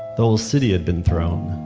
the whole city had been thrown.